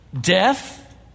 Death